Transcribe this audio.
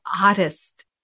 oddest